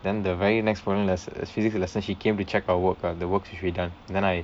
then the very next foreign lesson physics lesson she came to check our work ah the work that should be done then I